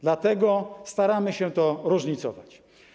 Dlatego staramy się to różnicować.